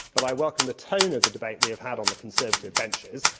but i welcome the tone of the debate we have had on the conservative benches,